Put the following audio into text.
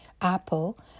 Apple